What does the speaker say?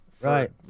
right